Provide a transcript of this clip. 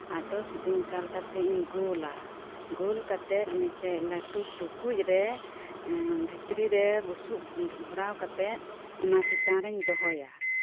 ᱟᱫᱚ ᱥᱤᱯᱤ ᱢᱮᱥᱟᱞ ᱠᱟᱛᱮᱫ ᱤᱧ ᱜᱳᱞᱟ ᱜᱳᱞ ᱠᱟᱛᱮᱫ ᱢᱤᱫ ᱴᱮᱱ ᱞᱟᱴᱩ ᱴᱩᱠᱩᱡ ᱨᱮ ᱮᱫ ᱵᱷᱤᱛᱨᱤ ᱨᱮ ᱵᱩᱥᱩᱵ ᱵᱷᱚᱨᱟᱣ ᱠᱟᱛᱮᱫ ᱚᱱᱟ ᱪᱮᱛᱟᱱ ᱨᱤᱧ ᱫᱚᱦᱚᱭᱟ